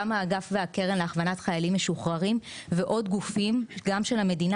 גם האגף והקרן להכוונת חיילים משוחררים ועוד גופים גם של המדינה